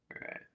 right